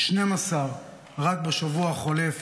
12 רק בשבוע החולף.